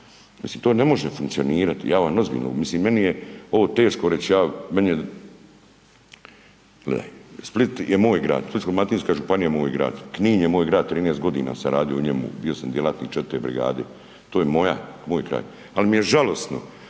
Mislim to ne može funkcionirati, ja vam ozbiljno, mislim meni je ovo teško reći, ja, meni, gle. Split je moj grad, Splitsko-dalmatinska županija je moj grad. Knin je moj grad, 13 godina sam radio u njemu, bio sam djelatnik 4. brigade. To je moja, moj kraj. Ali mi je žalosno